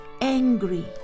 angry